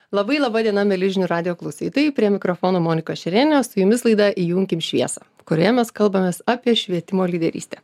labai laba diena mieli žinių radijo klausytojai prie mikrofono monika šerenė su jumis laida įjunkim šviesą kurioje mes kalbamės apie švietimo lyderystę